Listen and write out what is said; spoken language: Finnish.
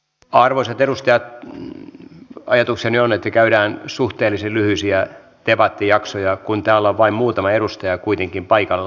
arvoisat edustajat ajatukseni on että käydään suhteellisen lyhyitä debattijaksoja kun täällä on vain muutama edustaja kuitenkin paikalla